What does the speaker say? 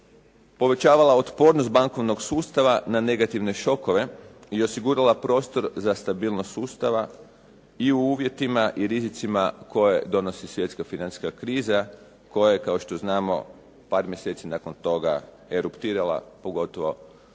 povećavala otpornost bankovnog sustava na negativne šokove, i osigurala prostor za stabilnost sustava i u uvjetima i rizicima koje donosi svjetska financijska kriza koja je kao što znamo par mjeseci nakon toga eruptirala pogotovo nakon